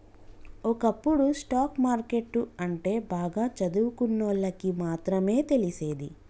ఒకప్పుడు stock market అంటే బాగా చదువుకున్నోళ్ళకి మాత్రమే తెలిసేది